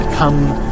come